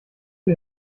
wir